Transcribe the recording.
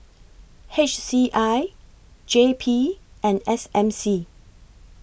H C I J P and S M C